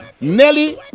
Nelly